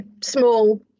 small